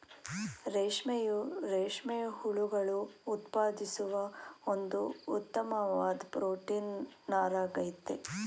ರೇಷ್ಮೆಯು ರೇಷ್ಮೆ ಹುಳುಗಳು ಉತ್ಪಾದಿಸುವ ಒಂದು ಉತ್ತಮ್ವಾದ್ ಪ್ರೊಟೀನ್ ನಾರಾಗಯ್ತೆ